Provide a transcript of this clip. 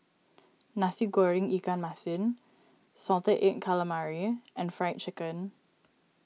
Nasi Goreng Ikan Masin Salted Egg Calamari and Fried Chicken